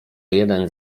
jeden